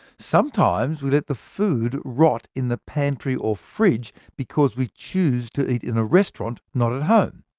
sometimes we let the food rot in the pantry or fridge, because we chose to eat in a restaurant, not at home.